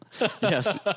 Yes